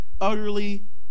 utterly